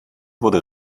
wurde